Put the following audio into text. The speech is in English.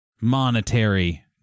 monetary